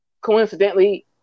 coincidentally